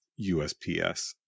usps